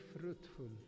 fruitful